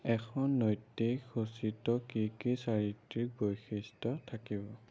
এখন নৈতিক সূচীত কি কি চাৰিত্ৰিক বৈশিষ্ট্য থাকিব